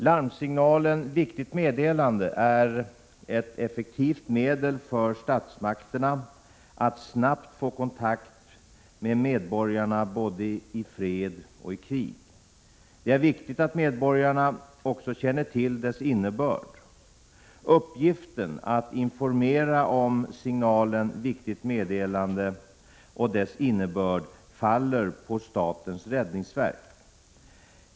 Larmsignalen ”Viktigt meddelande” är ett effektivt medel för statsmakterna att snabbt få kontakt med medborgarna, både i fred och i krig. Det är viktigt att medborgarna också känner till dess innebörd. Uppgiften att informera om signalen ”Viktigt meddelande” och dess innebörd faller på statens räddningsverk.